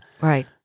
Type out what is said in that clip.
Right